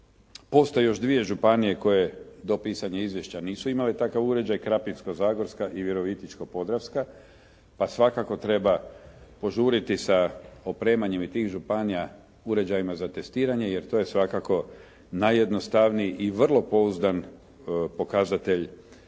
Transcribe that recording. Postoje još dvije županije koje do pisanja izvješća nisu imale takav uređaj Krapinsko-zagorska i Virovitičko-podravska pa svakako treba požuriti sa opremanjem i tih županija uređajima za testiranje jer to je svakako najjednostavniji i vrlo pouzdan pokazatelj